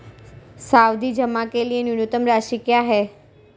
सावधि जमा के लिए न्यूनतम राशि क्या है?